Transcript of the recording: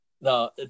no